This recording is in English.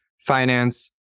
finance